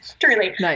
truly